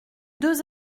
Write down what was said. deux